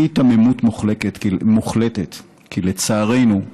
הוא היתממות מוחלטת, כי לצערנו,